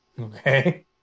okay